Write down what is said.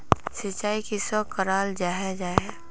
सिंचाई किसोक कराल जाहा जाहा?